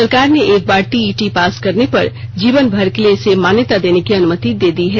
सरकार ने एक बार टीईटी पास करने पर जीवन भर के लिए इसे मान्यता देने की अनुमति दे दी है